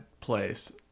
place